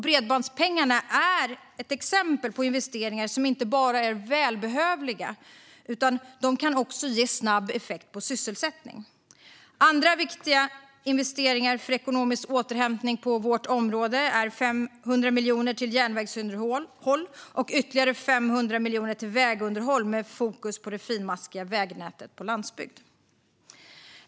Bredbandspengarna är ett exempel på investeringar som inte bara är välbehövliga, utan de kan också ge snabb effekt på sysselsättningen. Andra viktiga investeringar för ekonomisk återhämtning på vårt område är 500 miljoner till järnvägsunderhåll och ytterligare 500 miljoner till vägunderhåll med fokus på det finmaskiga vägnätet på landsbygd.